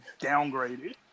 downgraded